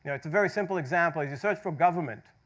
it's very simple example, if you search for government,